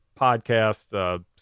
podcast